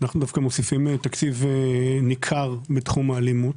אנחנו מוסיפים תקציב ניכר לתחום האלימות.